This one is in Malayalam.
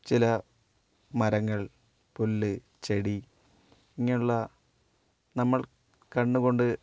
ചില മരങ്ങൾ പുല്ല് ചെടി ഇങ്ങനെയുള്ള നമ്മൾ കണ്ണുകൊണ്ട്